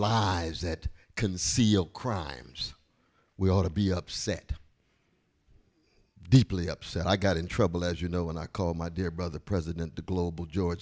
lives that conceal crimes we ought to be upset deeply upset i got in trouble as you know when i call my dear brother president the global george